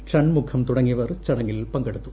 ഷൺമുഖം തുടങ്ങിയവർ ചടങ്ങിൽ പങ്കെടുത്തു